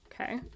Okay